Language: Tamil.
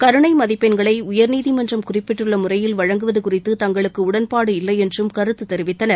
கருணை மதிப்பெண்களை உயர்நீதிமன்றம் குறிப்பிட்டுள்ள முறையில் வழங்குவது குறித்து தங்களுக்கு உடன்பாடு இல்லையென்றும் கருத்து தெரிவித்தனர்